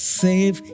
save